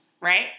right